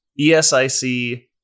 ESIC